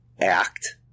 act